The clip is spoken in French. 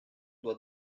doit